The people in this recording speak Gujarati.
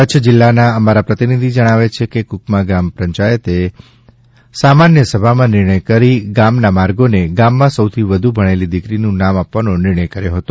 કચ્છ જિલ્લાના અમારા પ્રતિનિધિ જણાવે છે કે કુકમા ગ્રામ પંચાયતે સામન્ય સભામાં નિર્ણય કરી ગામના માર્ગોને ગામમાં સૌથી વધુ ભણેલી દિકરીનું નામ આપવાનો નિર્ણય કર્યો ફતો